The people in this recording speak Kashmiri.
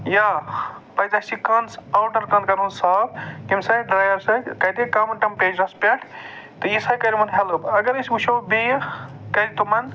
یا اَتھ گژھِ یہِ کَن اَوٹر کَن کَرُن صاف تَمہِ سۭتۍ دوٚیو سۭتۍ کَم ٹٮ۪مپٔٔرٮ۪چُرَس پٮ۪ٹھ تہٕ یہِ سا کرِ ہٮ۪لٔپ اَگر أسۍ وُچھو بیٚیہِ کرِ تمَن